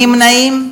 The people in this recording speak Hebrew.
נמנעים?